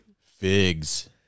Figs